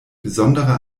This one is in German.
besondere